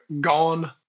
gone